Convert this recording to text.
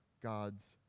God's